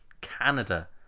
Canada